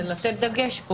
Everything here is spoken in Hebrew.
זה לתת דגש.